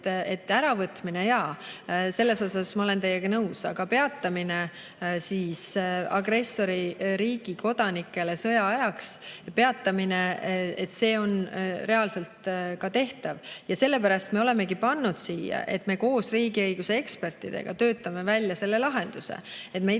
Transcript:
Äravõtmine – jaa, selles osas ma olen teiega nõus. Aga peatamine? Agressorriigi kodanikele sõja ajaks [selle õiguse] peatamine on reaalselt tehtav ja sellepärast me olemegi pannud siia, et me koos riigiõiguse ekspertidega töötame välja selle lahenduse. Me ei